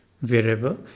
Wherever